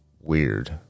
weird